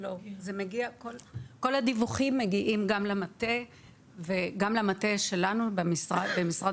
כל הדיווחים מגיעים גם למטה שלנו במשרד